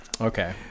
Okay